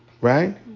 Right